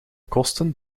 kosten